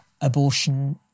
abortion